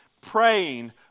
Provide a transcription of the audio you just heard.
praying